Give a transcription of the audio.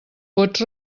pots